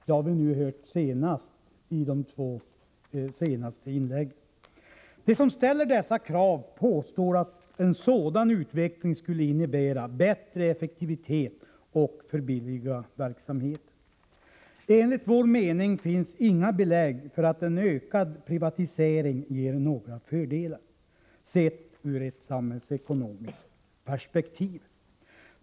Det har vi senast hört i de två föregående inläggen. De som ställer dessa krav påstår att en sådan utveckling skulle innebära bättre effektivitet och förbilliga verksamheten. Enligt vår mening finns inga belägg för att en ökad privatisering ger några fördelar, sett ur ett samhällsekonomiskt perspektiv.